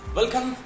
Welcome